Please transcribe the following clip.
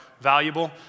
valuable